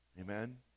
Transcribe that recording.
Amen